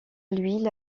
huile